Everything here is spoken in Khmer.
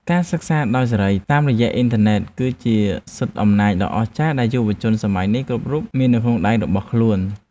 ការសិក្សាដោយសេរីតាមរយៈអ៊ីនធឺណិត គឺជាសិទ្ធិអំណាចដ៏អស្ចារ្យដែលយុវជនសម័យនេះគ្រប់រូបមាននៅក្នុងដៃរបស់ខ្លួន។